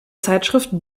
zeitschrift